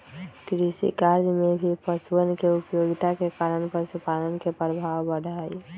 कृषिकार्य में भी पशुअन के उपयोगिता के कारण पशुपालन के प्रभाव बढ़ा हई